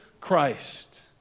Christ